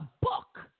book